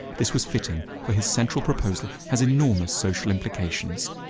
this was fitting, for his central proposal has enormous social implications.